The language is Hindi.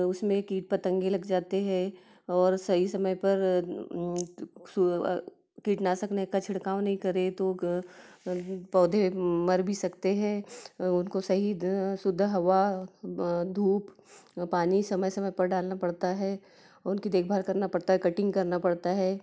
उसमें कीट पतंगे लग जाते है और सही समय पर सु कीटनाशक ने का छिड़काव नहीं करे तो ग पौधे मर भी सकते हैं उनको सही द शुद्ध हवा धूप पानी समय समय पर डालना पड़ता है उनकी देखभाल करना पड़ता है कटिंग करना पड़ता है